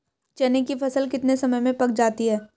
चने की फसल कितने समय में पक जाती है?